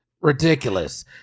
ridiculous